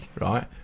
right